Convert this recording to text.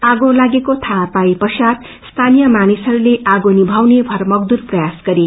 आगो लागेको थाहा पाए पचात स्थानीय मानिसहरूले आगो निभाउने भ्रमग्दुर प्रयास गरे